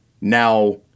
now